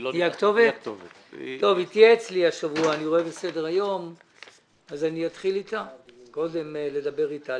אני רואה בסדר היום שהיא תהיה אצלי השבוע ואני אתחיל לדבר אתה.